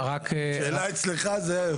אחרת כי נדרש ממנו על האזרחות המקורית שלו,